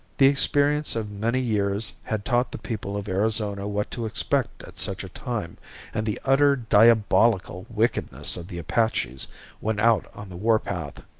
the experience of many years had taught the people of arizona what to expect at such a time and the utter diabolical wickedness of the apaches when out on the warpath.